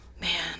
man